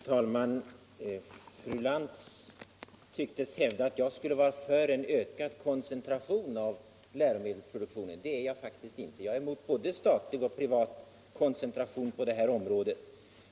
Herr talman! Fru Lantz tycktes hävda att jag skulle vara för en ökad koncentration av läromedelsproduktionen. Det är jag faktiskt inte — jag är emot både statlig och privat koncentration på detta område.